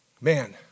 man